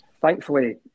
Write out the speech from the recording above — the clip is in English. Thankfully